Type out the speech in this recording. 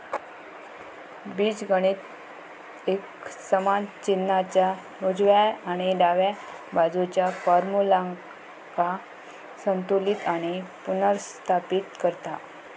बीजगणित एक समान चिन्हाच्या उजव्या आणि डाव्या बाजुच्या फार्म्युल्यांका संतुलित आणि पुनर्स्थापित करता